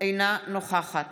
אינה נוכחת